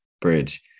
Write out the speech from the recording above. bridge